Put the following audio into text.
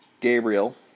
Gabriel